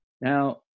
Now